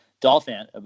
Dolphin